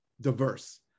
diverse